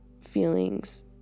feelings